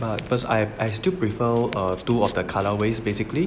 err because I I still prefer err two of their colour ways basically